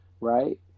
right